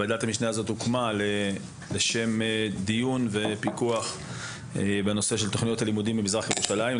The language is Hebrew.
ועדת המשנה הוקמה לשם דיון ופיקוח על תוכניות הלימודים במזרח ירושלים.